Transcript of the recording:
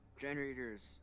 Generators